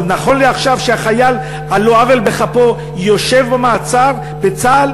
אבל נכון לעכשיו, שהחייל יושב במעצר בצה"ל